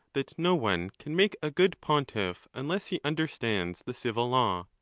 that no one can make a good pontiff, unless he understands the civil law.